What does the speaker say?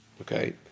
Okay